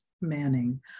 Manning